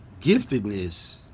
giftedness